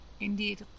Indeed